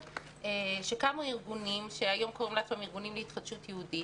שקמו ארגונים שהיום קוראים לעצמם ארגונים להתחדשות יהודית,